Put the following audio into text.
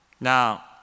Now